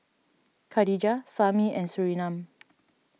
Khadija Fahmi and Surinam